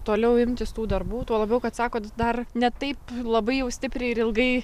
toliau imtis tų darbų tuo labiau kad sakot dar ne taip labai jau stipriai ir ilgai